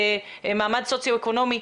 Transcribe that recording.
מעמד סוציו-אקונומי,